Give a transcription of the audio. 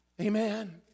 Amen